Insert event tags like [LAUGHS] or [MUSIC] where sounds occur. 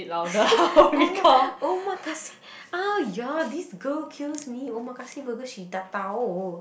[LAUGHS] oma~ Omakase !aiya! this girl kills me Omakase burger she tak tahu